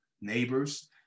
neighbors